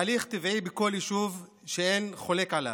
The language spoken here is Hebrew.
תהליך טבעי בכל יישוב שאין חולק עליו.